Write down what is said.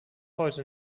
heute